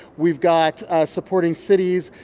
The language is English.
we've got supporting cities,